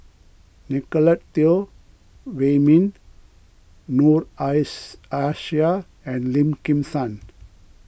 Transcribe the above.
Nicolette Teo Wei Min Noor ice Aishah and Lim Kim San